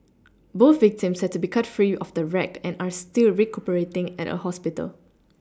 both victims had to be cut free of the wreck and are still recuperating at a hospital